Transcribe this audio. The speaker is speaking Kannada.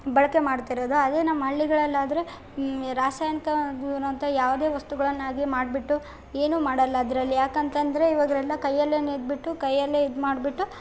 ಬಳಕೆ ಮಾಡ್ತಿರೋದು ಅದು ನಮ್ಮ ಹಳ್ಳಿಗಳಲ್ಲಾದರೆ ರಾಸಾಯನಿಕವಾಗಿರುವಂಥ ಯಾವುದೇ ವಸ್ತುಗಳನ್ನಾಗಿ ಮಾಡಿಬಿಟ್ಟು ಏನು ಮಾಡೋಲ್ಲ ಅದರಲ್ಲಿ ಯಾಕಂತಂದರೆ ಇವಾಗೆಲ್ಲ ಕೈಯಲ್ಲೇ ನೇಯಿದ್ಬಿಟ್ಟು ಕೈಯಲ್ಲೇ ಇದು ಮಾಡಿಬಿಟ್ಟು